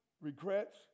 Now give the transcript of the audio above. regrets